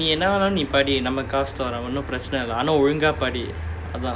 என்ன வேணா நீ படி நம்ம காசு தரும் ஆனா ஒழுங்கா படி:enna venaa nee padi namma kaasu tharom aanaa olunga padi